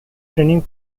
training